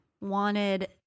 wanted